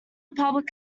public